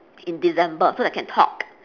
in december so that I can talk